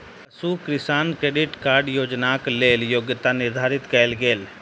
पशु किसान credit card योजनाक लेल योग्यता निर्धारित कयल गेल